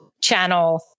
channel